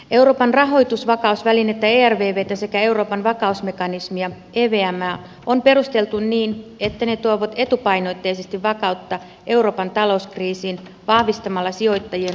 euroopan rahoitusvakausvälinettä ervvtä sekä euroopan vakausmekanismia evmää on perusteltu niin että ne tuovat etupainotteisesti vakautta euroopan talouskriisiin vahvistamalla sijoittajien uskoa markkinoihin